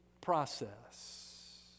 process